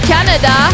Canada